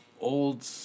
Old